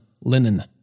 linen